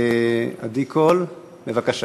עדי קול, בבקשה.